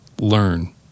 learn